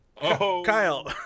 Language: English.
Kyle